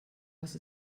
was